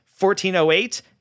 1408